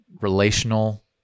relational